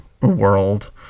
world